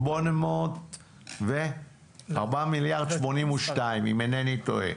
מיליארד, אם אינני טועה.